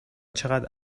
چقد